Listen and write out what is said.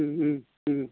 उम उम उम